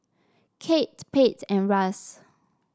Kate Pate and Russ